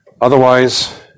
Otherwise